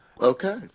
Okay